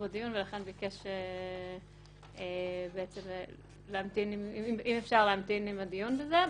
בדיון ולכן ביקש אם אפשר להמתין עם הדיון הזה.